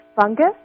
fungus